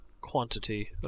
quantity